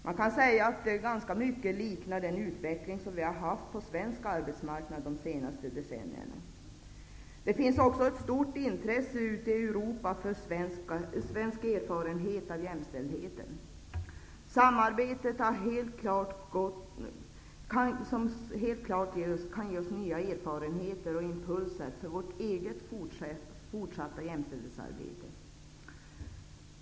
Man kan säga att utvecklingen ganska mycket liknar den som vi har haft på svensk arbetsmarknad de senaste decennierna. Det finns också ett stort intresse ute i Europa för svenska erfarenheter av jämställdhet. Samarbete kan helt klart ge oss nya erfarenheter och impulser för vårt eget fortsatta jämställdhetsarbete.